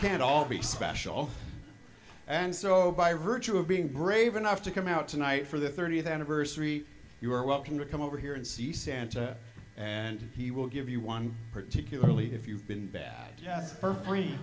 can all be special and so by virtue of being brave enough to come out tonight for the thirtieth anniversary you are welcome to come over here and see santa and he will give you one particularly if you've been bad for free